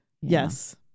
Yes